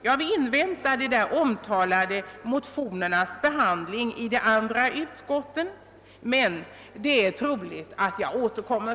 Jag vill invänta de omtalade motionernas behandling i de andra utskotten, men det är troligt, att jag återkommer.